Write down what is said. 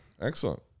excellent